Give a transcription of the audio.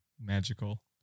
magical